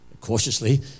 cautiously